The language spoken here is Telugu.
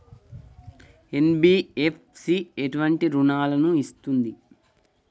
ఎన్.బి.ఎఫ్.సి ఎటువంటి రుణాలను ఇస్తుంది?